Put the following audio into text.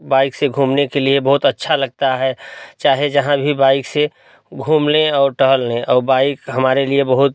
bike से घूमने के लिए बहुत अच्छा लगता है चाहे जहाँ भी बाइक से घूम लें और टहल लें और बाइक हमारे लिए बहुत